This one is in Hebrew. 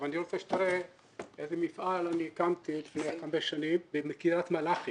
אני רוצה שתראה איזה מפעל הקמתי לפני חמש שנים בקריית מלאכי